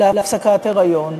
להפסקת היריון.